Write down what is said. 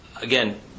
again